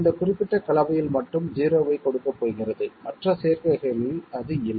இந்த குறிப்பிட்ட கலவையில் மட்டும் 0 வை கொடுக்கப் போகிறது மற்ற சேர்க்கைகளில் அது இல்லை